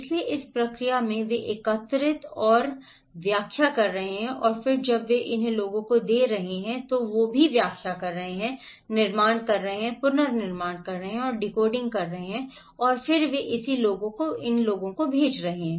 इसलिए इस प्रक्रिया में वे एकत्रित और व्याख्या कर रहे हैं और फिर जब वे इसे लोगों को दे रहे हैं तो वे भी व्याख्या कर रहे हैं निर्माण कर रहे हैं पुनर्निर्माण कर रहे हैं और डिकोडिंग कर रहे हैं और फिर वे इसे लोगों को भेज रहे हैं